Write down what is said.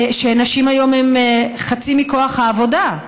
נשים היום הן חצי מכוח העבודה.